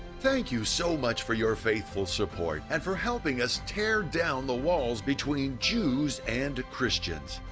thank you so much for your faithful support and for helping us tear down the walls between jews and christians.